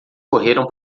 correram